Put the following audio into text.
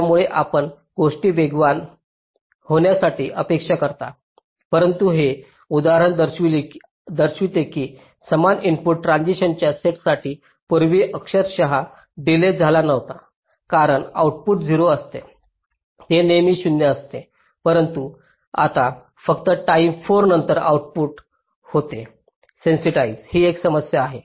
त्यामुळे आपण गोष्टी वेगवान होण्याची अपेक्षा करता परंतु हे उदाहरण दर्शविते की समान इनपुट ट्रान्झिशनच्या सेटसाठी पूर्वी अक्षरशः डिलेज झाला नव्हता कारण आउटपुट 0 असते ते नेहमी शून्य असते परंतु आता फक्त टाईम 4 नंतर आउटपुट होते स्टॅबिलिज्ड ही एक समस्या आहे